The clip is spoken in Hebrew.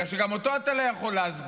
בגלל שגם אותו אתה לא יכול להסביר.